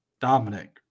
Dominic